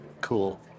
Cool